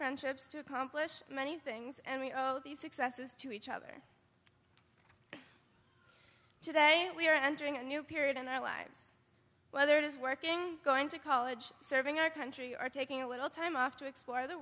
friendships to accomplish many things and we owe these successes to each other today we are entering a new period in our lives whether it is working going to college serving our country our taking a little time off to explore the